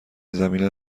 زمینه